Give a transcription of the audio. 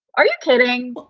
are you kidding?